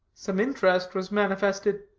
some interest was manifested.